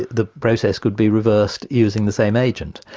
the process could be reversed using the same agent.